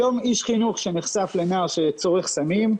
היום איש חינוך שנחשף לנער שצורך סמים,